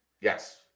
Yes